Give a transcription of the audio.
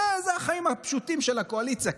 אלה החיים הפשוטים של הקואליציה.